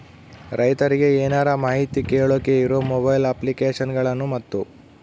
ರೈತರಿಗೆ ಏನರ ಮಾಹಿತಿ ಕೇಳೋಕೆ ಇರೋ ಮೊಬೈಲ್ ಅಪ್ಲಿಕೇಶನ್ ಗಳನ್ನು ಮತ್ತು?